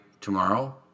tomorrow